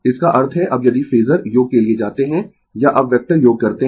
इसका अर्थ है अब यदि फेजर योग के लिए जाते है या अब वेक्टर योग करते है